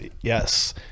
Yes